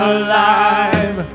alive